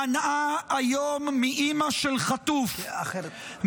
מנעה היום מאימא של חטוף,